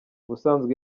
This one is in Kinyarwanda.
ubusanzwe